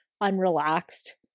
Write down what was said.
unrelaxed